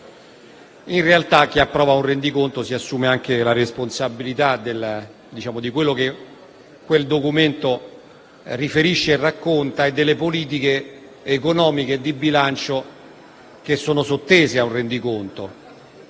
In realtà chi approva un rendiconto si assume anche la responsabilità di quello che il documento riferisce e racconta e delle politiche economiche e di bilancio che sono ad esso